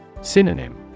Synonym